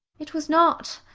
it was not,